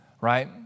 right